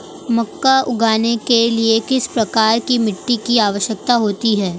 मक्का उगाने के लिए किस प्रकार की मिट्टी की आवश्यकता होती है?